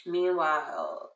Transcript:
Meanwhile